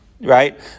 right